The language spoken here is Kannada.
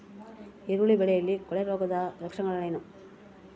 ಈರುಳ್ಳಿ ಬೆಳೆಯಲ್ಲಿ ಕೊಳೆರೋಗದ ಲಕ್ಷಣಗಳೇನು?